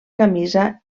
camisa